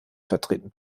vertreten